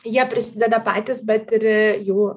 jie prisideda patys bet ir jų